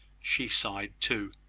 she sighed too.